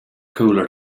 cooler